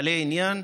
בעלי עניין,